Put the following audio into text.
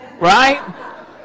right